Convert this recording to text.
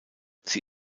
sie